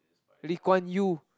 Lee Kuan Yew